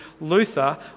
luther